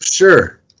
Sure